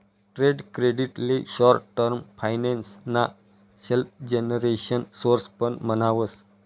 trade credit ले short term finance ना self generation source पण म्हणावस